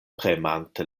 premante